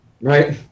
right